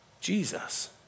Jesus